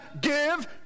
give